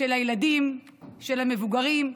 של הילדים, של המבוגרים,